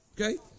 Okay